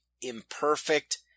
imperfect